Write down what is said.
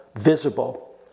visible